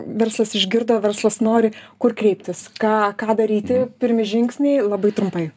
verslas išgirdo verslas nori kur kreiptis ką ką daryti pirmi žingsniai labai trumpai